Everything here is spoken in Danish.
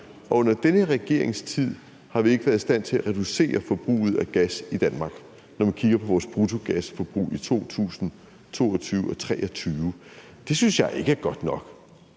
I den her regerings tid har vi ikke været i stand til at reducere forbruget af gas i Danmark, når man kigger på vores bruttoenergiforbrug i 2022 og 2023. Det synes jeg ikke er godt nok.